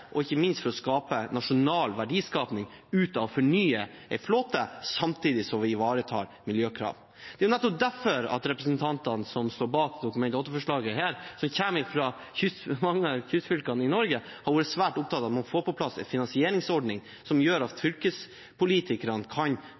fornye en flåte samtidig som vi ivaretar miljøkrav. Det er nettopp derfor representantene som står bak dette Dokument 8-forslaget, som kommer fra mange av kystfylkene i Norge, har vært svært opptatt av at man får på plass en finansieringsordning som gjør at fylkespolitikerne kan